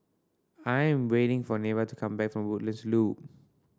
I am waiting for Neva to come back from Woodlands Loop